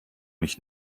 mich